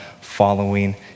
following